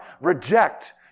Reject